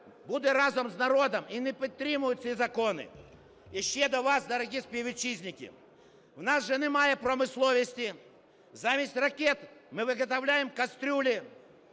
буде разом з народом і не підтримає ці закони. І ще до вас, дорогі співвітчизники, у нас уже немає промисловості, замість ракет ми виготовляємо каструлі,